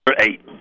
eight